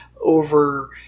over